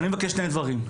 אני מבקש שני דברים.